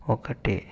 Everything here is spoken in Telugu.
ఒకటి